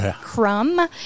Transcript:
crumb